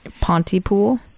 Pontypool